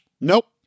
Nope